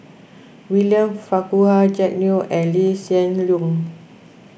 William Farquhar Jack Neo and Lee Hsien Loong